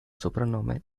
soprannome